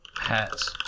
hats